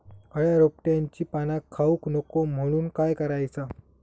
अळ्या रोपट्यांची पाना खाऊक नको म्हणून काय करायचा?